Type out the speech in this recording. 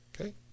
okay